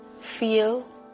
feel